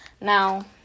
Now